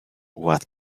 what